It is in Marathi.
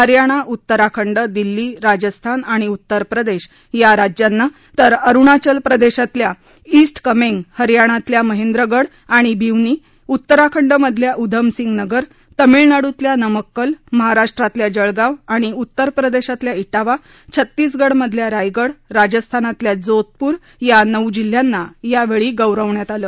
हरयाणा उत्तराखंड दिल्ली राजस्थान आणि उत्तरप्रदेश या राज्यांना तर अरूणाचल प्रदेशातल्या ईस्ट कमेंग हरयाणातल्या महेंद्रगड आणि भिवनी उत्तराखंड मधल्या उधमसिंग नगर तामिळनाडूतल्या नमक्कल महाराष्ट्रातल्या जळगाव उत्तरप्रदेशातल्या ईटावा छत्तीसगडमधल्या रायगड राजस्थानमधल्या जोधपूर या नऊ जिल्ह्यांना यावेळी गौरवण्यात आलं